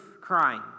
crying